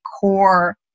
core